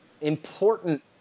important